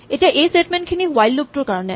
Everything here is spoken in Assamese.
এতিয়া এই স্টেটমেন্টখিনি এই হুৱাইল লুপ টোৰ কাৰণে